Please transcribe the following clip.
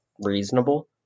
reasonable